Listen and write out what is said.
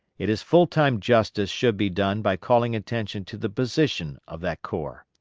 it is full time justice should be done by calling attention to the position of that corps.